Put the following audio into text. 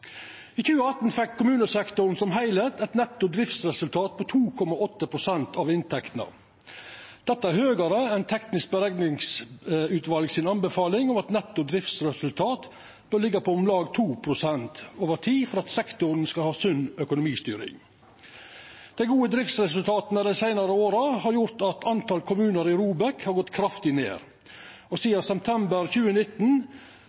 I 2018 fekk kommunesektoren som heile eit netto driftsresultat på 2,8 pst. av inntektene. Dette er høgare enn anbefalinga frå teknisk berekningsutval om at netto driftsresultat bør liggja på om lag 2 pst. over tid for at sektoren skal ha sunn økonomistyring. Dei gode driftsresultata dei seinare åra har gjort at talet på kommunar i ROBEK har gått kraftig ned, og